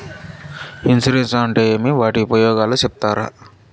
Insurance అంటే ఏమి? వాటి ఉపయోగాలు సెప్తారా?